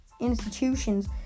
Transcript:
institutions